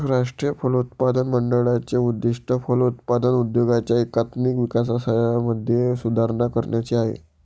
राष्ट्रीय फलोत्पादन मंडळाचे उद्दिष्ट फलोत्पादन उद्योगाच्या एकात्मिक विकासामध्ये सुधारणा करण्याचे आहे